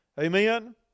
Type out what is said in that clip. Amen